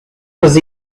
was